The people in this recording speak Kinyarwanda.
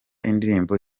indirimbo